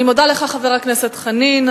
אני מודה לך, חבר הכנסת חנין.